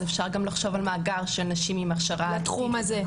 אז אפשר גם לחשוב על מאגר של נשים עם הכשרה --- לתחום הזה.